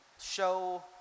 show